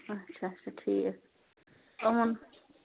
اَچھا اَچھا ٹھیٖک یِمن